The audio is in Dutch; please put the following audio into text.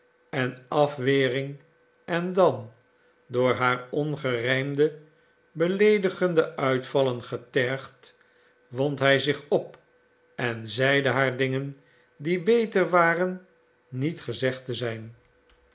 en afwering en dan door haar ongerijmde beleedigende uitvallen getergd wond hij zich op en zeide haar dingen die beter waren niet gezegd te zijn